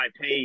IP